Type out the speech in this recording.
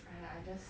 !aiya! just